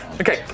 okay